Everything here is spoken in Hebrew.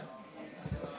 בבקשה, גברתי.